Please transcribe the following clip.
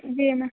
जी ma'am